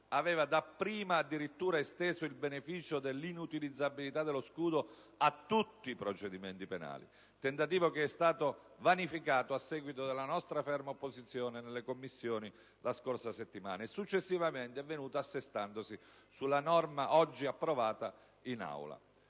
aveva dapprima addirittura esteso il beneficio dell'inutilizzabilità dello scudo a tutti i procedimenti penali, tentativo che è stato vanificato a seguito della nostra ferma opposizione nelle Commissioni la scorsa settimana, e successivamente è venuta assestandosi sulla norma oggi approvata in Aula.